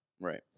Right